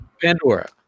Pandora